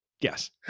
yes